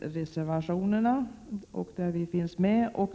reservationer centern står bakom.